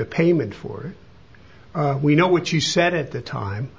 a payment for we know what you said at the time